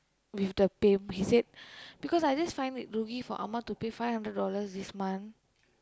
with the payment he said because I just find it rugi for அம்மா:ammaa to pay five hundred dollar this month